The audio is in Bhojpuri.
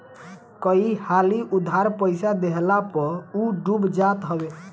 कई हाली उधार पईसा देहला पअ उ डूब जात हवे